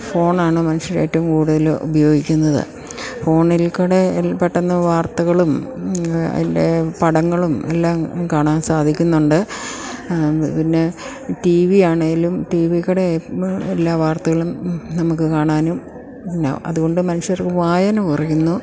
phone ആണ് മനുഷ്യരേറ്റവും കൂടുതൽ ഉപയോഗിക്കുന്നത് ഫോണിൽക്കുടെ എൽ പെട്ടന്ന് വാർത്തകളും അതിൻ്റെ പടങ്ങളും എല്ലാം കാണാൻ സാധിക്കുന്നുണ്ട് പിന്നെ ടി വി ആണേലും ടി വീൽക്കൂടെ എല്ലാ വാർത്തകളും നമുക്ക് കാണാനും എന്താ അതുകൊണ്ട് മനുഷ്യർക്ക് വായന കുറയുന്നു